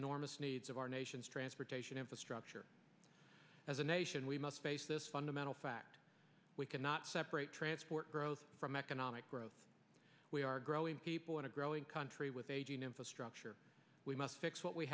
enormous needs of our nation's transportation infrastructure as a nation we must face this fundamental fact we cannot separate transport growth from economic growth we are growing people in a growing country with aging infrastructure we must fix what we